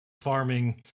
farming